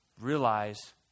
Realize